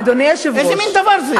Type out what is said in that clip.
איזה מין דבר זה?